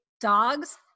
dogs